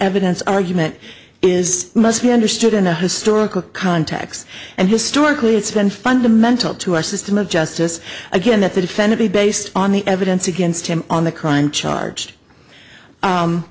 evidence argument is must be understood in a historical context and historically it's been fundamental to our system of justice again that the defendant be based on the evidence against him on the crime charged